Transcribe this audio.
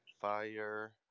Fire